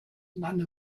none